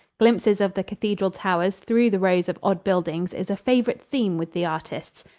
glimpses of the cathedral towers through the rows of odd buildings is a favorite theme with the artists.